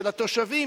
של התושבים,